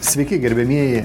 sveiki gerbiamieji